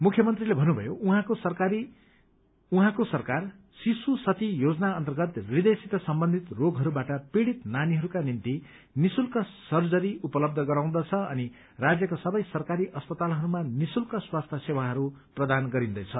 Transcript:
मुख्यमन्त्रीले भव्रुभयो उहाँको सरकार शिशु सती योजना अन्तर्गत हृदयसित सम्बन्धित रोगहरूबाट पीड़ित नानीहरूका निम्ति निशुल्क सर्जरी उपलब्ध गराउँदछ अनि राज्यका सबै सरकारी अस्पतालहरूमा निशुल्क स्वास्थ्य सेवाहरू प्रदान गरिन्दैछ